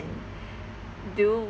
do